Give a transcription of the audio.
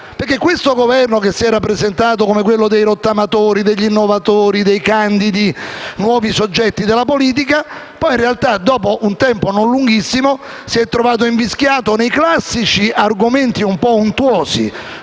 perché il Governo, che si era presentato come quello dei rottamatori, degli innovatori, dei candidi nuovi soggetti della politica, poi in realtà, dopo un tempo non lunghissimo, si è trovato invischiato nei classici argomenti un po' untuosi,